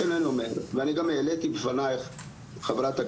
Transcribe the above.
לכן אני אומר ואני גם העליתי בפנייך חברת הכנסת,